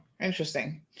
Interesting